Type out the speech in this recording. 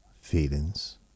feelings